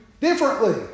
differently